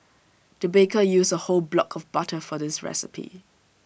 the baker used A whole block of butter for this recipe